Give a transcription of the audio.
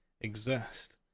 exist